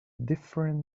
different